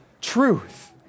truth